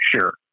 Sure